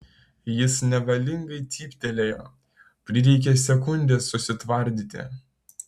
jis nevalingai cyptelėjo prireikė sekundės susitvardyti